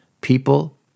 People